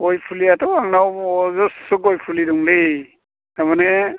गय फुलियाथ' आंनाव अजसस्र' गय फुलि दंलै थारमाने माने